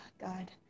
God